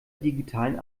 digitalen